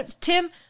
Tim